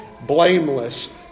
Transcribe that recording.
blameless